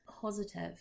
positive